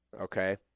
Okay